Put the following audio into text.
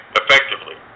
effectively